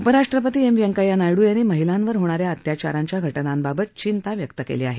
उपराष्ट्रपती एम व्यंकय्या नायडू यांनी महिलांवर होणाऱ्या अत्याचारांच्या घटनांबाबत चिंता व्यक्त केली आहे